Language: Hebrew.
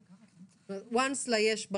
כלומר,